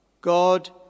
God